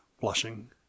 blushing